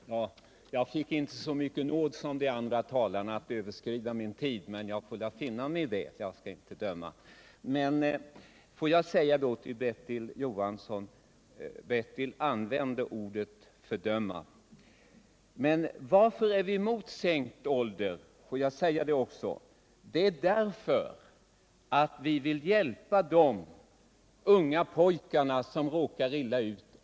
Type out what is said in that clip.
Herr talman! Jag fick inte så mycket nåd som de andra talarna när det gällde att överskrida min talartid, men jag får väl finna mig i det och jag vill först helt kort bara tillägga att Bertil Johansson använde ordet fördöma. Låt mig sedan svara på frågan varför vi är emot sänkt ålder. Det är därför att vi vill hjälpa de unga pojkar som råkar illa ut.